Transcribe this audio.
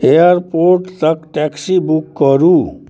airport तक taxi book करू